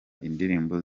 indirimbo